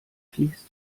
fließt